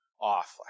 off